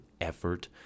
effort